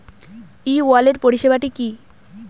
ই wallet পরিষেবাটি কি?